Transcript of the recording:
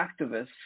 activists